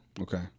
Okay